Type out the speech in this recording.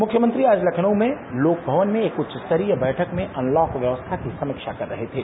मुख्यमंत्री आज लखनऊ में लोक भवन में एक उच्च स्तरीय बैठक में अनलॉक व्यवस्था की समीक्षा कर रहे थे